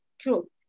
true